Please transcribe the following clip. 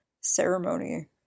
ceremony